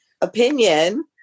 opinion